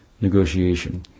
negotiation